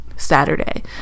saturday